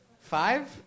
Five